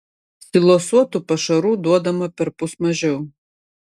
silosuotų pašarų duodama perpus mažiau